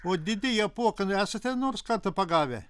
o didįjį apuoką esate nors kartą pagavę